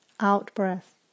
out-breath